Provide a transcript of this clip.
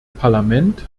parlament